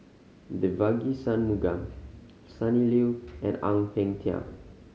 Devagi Sanmugam Sonny Liew and Ang Peng Tiam